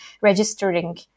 registering